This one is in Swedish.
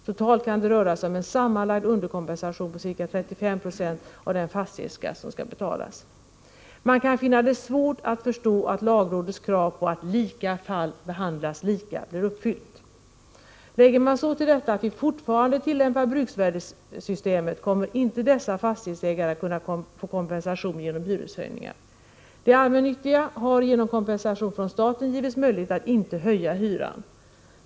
Totalt kan det röra sig om en sammanlagd underkompensation på ca 35 20 av den fastighetsskatt som skall betalas. Man kan finna det svårt att förstå att lagrådets krav på att ”lika fall behandlas lika” blir uppfyllt. Lägger man till detta att vi fortfarande tillämpar bruksvärdesystemet kommer inte dessa fastighetsägare att kunna få kompensation genom hyreshöjningar. De allmännyttiga bostadsföretagen har genom kompensation från staten givits möjlighet att inte höja hyran.